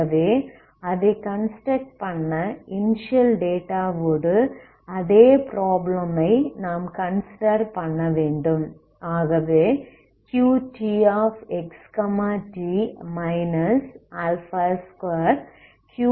ஆகவே அதை கன்ஸ்ட்ரக்ட் பண்ண இனிஸியல் டேட்டாவோடு அதே ப்ராப்ளம் ஐ நாம் கன்சிடர் பண்ணவேண்டும்